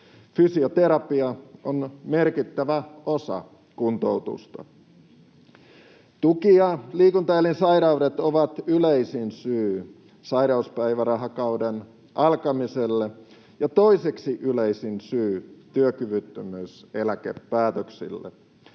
Fysioterapia on merkittävä osa kuntoutusta. Tuki- ja liikuntaelinsairaudet ovat yleisin syy sairauspäivärahakauden alkamiselle ja toiseksi yleisin syy työkyvyttömyyseläkepäätöksille.